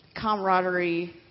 camaraderie